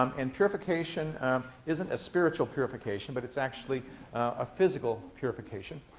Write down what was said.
um and purification isn't a spiritual purification, but it's actually a physical purification.